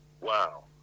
wow